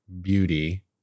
beauty